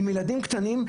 עם ילדים קטנים,